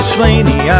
Slaney